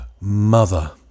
mother